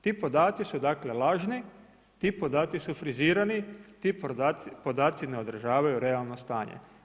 Ti podaci su dakle lažni, ti podaci su frizirani, ti podaci ne odražavaju realno stanje.